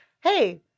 hey